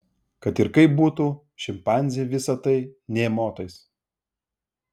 kad ir kaip būtų šimpanzei visa tai nė motais